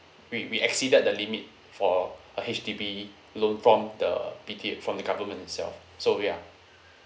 we we exceeded the limit for H_D_B loan from the B_K~ from the government itself so ya